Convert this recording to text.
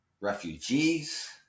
refugees